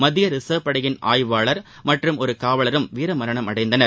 மத்திய ரிசர்வ் படையின் ஆய்வாளர் மற்றும் ஒரு காவலரும் வீரமரணம் அடைந்தனர்